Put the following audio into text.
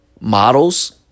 models